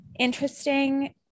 interesting